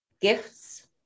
gifts